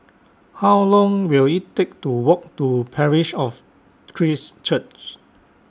How Long Will IT Take to Walk to Parish of Christ Church